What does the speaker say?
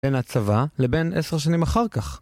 בין הצבא, לבין עשר שנים אחר כך.